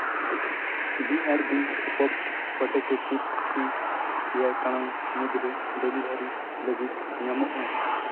B R B popped potato chips ᱠᱤ ᱮᱭᱟᱭ ᱴᱟᱲᱟᱝ ᱢᱩᱫᱽᱨᱮ ᱰᱮᱞᱤᱵᱷᱟᱨᱤ ᱞᱟᱹᱜᱤᱫ ᱧᱟᱢᱚᱜᱼᱟ